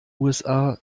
usa